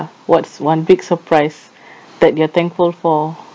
what's one big surprise that you're thankful for